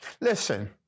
listen